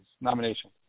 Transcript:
nomination